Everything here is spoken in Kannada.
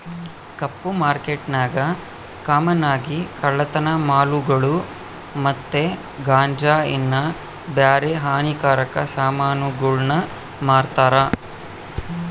ಕಪ್ಪು ಮಾರ್ಕೆಟ್ನಾಗ ಕಾಮನ್ ಆಗಿ ಕಳ್ಳತನ ಮಾಲುಗುಳು ಮತ್ತೆ ಗಾಂಜಾ ಇನ್ನ ಬ್ಯಾರೆ ಹಾನಿಕಾರಕ ಸಾಮಾನುಗುಳ್ನ ಮಾರ್ತಾರ